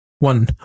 One